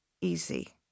easy